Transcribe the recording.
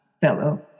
fellow